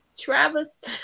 Travis